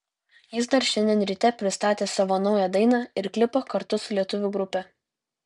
jis dar šiandien ryte pristatė savo naują dainą ir klipą kartu su lietuvių grupe